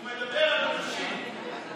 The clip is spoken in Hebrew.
הוא מדבר על אנשים.